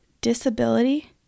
disability